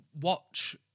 watch